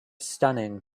stunning